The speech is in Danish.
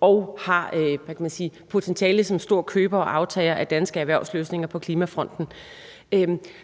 og har potentiale som store købere og aftagere af danske erhvervsløsninger på klimafronten.